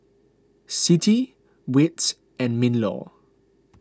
Citi Wits and MinLaw